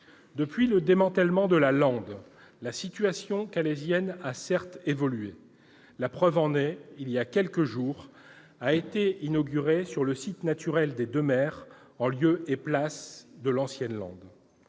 Depuis le démantèlement de la lande, la situation calaisienne a certes évolué. La preuve en est qu'il y a quelques jours a été inauguré le site naturel des Deux Mers en lieu et place de l'ancienne lande.